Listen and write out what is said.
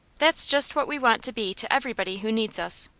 that's just what we want to be to everybody who needs us.